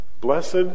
Blessed